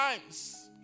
times